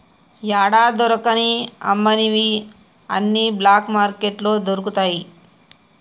యాడా దొరకని అమ్మనివి అన్ని బ్లాక్ మార్కెట్లో దొరుకుతయి